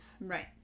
Right